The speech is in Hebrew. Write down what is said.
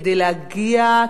כדי להגיע,